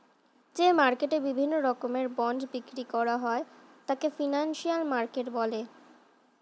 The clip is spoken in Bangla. যে মার্কেটে বিভিন্ন রকমের বন্ড বিক্রি করা হয় তাকে ফিনান্সিয়াল মার্কেট বলা হয়